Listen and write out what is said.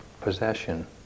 possession